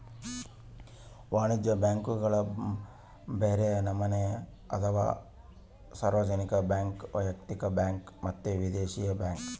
ವಾಣಿಜ್ಯ ಬ್ಯಾಂಕುಗುಳಗ ಬ್ಯರೆ ನಮನೆ ಅದವ, ಸಾರ್ವಜನಿಕ ಬ್ಯಾಂಕ್, ವೈಯಕ್ತಿಕ ಬ್ಯಾಂಕ್ ಮತ್ತೆ ವಿದೇಶಿ ಬ್ಯಾಂಕ್